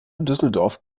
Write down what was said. düsseldorf